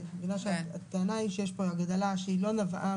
אני מבינה שהטענה היא שיש פה הגדלה שלא נבעה